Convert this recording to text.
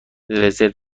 رزرو